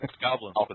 Goblins